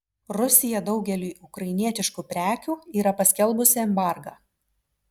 rusija daugeliui ukrainietiškų prekių yra paskelbusi embargą